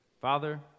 Father